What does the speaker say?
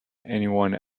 anyone